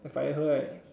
then fire her right